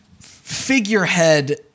figurehead